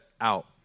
out